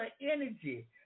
energy